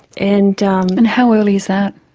and and how early is that?